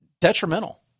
detrimental